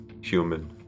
human